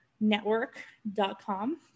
network.com